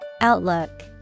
Outlook